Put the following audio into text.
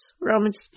Romans